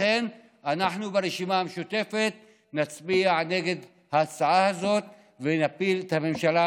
לכן אנחנו ברשימה המשותפת נצביע נגד ההצעה הזו ונפיל את הממשלה,